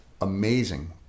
amazing